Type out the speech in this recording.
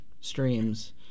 streams